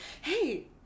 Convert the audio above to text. hey